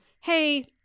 hey